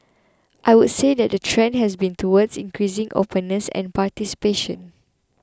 I would say that the trend has been towards increasing openness and participation